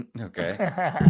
Okay